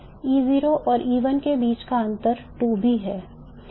E0 और E1 के बीच का अंतर 2B है